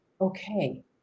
okay